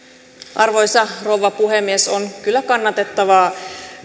arvoisa rouva puhemies on kyllä kannatettavaa